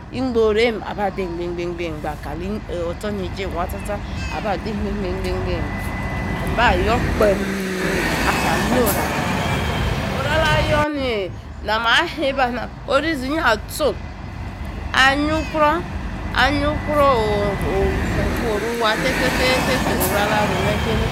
Igborviam aba ade mgbe, maybe, mgbe, mgbe mgba kali oh otsor niejiem waa tse tsa aba de mabe mgbe, nagbe, mgba. Alba ayor kpeem iyanu orame. oru alayor ni na maa' naiba ara, orize ingi at sorm anyi wikrou, gryi ukrou ooh! ofuoru waa tie tie oru ala ru mme'